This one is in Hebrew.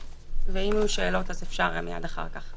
ואם יהיו שאלות אז אפשר מייד אחר כך: